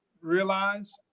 realize